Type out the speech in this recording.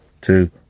two